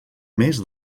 mes